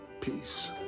Peace